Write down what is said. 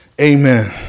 Amen